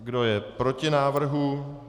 Kdo je proti návrhu?